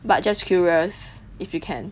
but just curious if you can